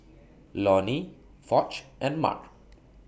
Lonny Foch and Mark